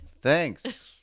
Thanks